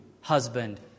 husband